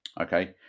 okay